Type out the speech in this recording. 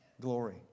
glory